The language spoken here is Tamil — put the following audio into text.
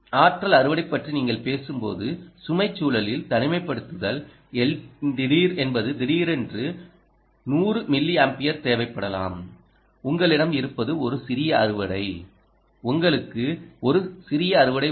ஆற்றலு அறுவடை பற்றி நீங்கள் பேசும்போது சுமை சூழலில் தனிமைப்படுத்துதல் என்பது திடீரென்று 100 மில்லியம்பியர் தேவைப்படலாம் உங்களிடம் இருப்பது ஒரு சிறிய அறுவடை உங்களுக்கு ஒரு சிறிய அறுவடை உள்ளது